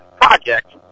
project